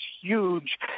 huge